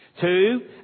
Two